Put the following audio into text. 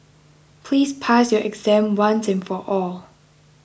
please pass your exam once and for all